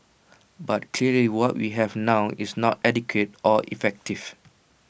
but clearly what we have now is not adequate or effective